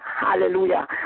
hallelujah